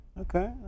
Okay